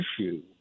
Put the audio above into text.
issue